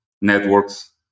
networks